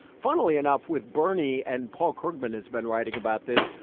funnily enough, with bernie. and paul krugman has been writing about this,